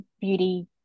beauty